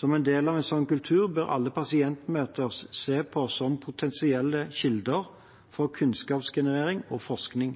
Som en del av en sånn kultur bør alle pasientmøter ses på som potensielle kilder for kunnskapsgenerering og forskning.